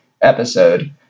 episode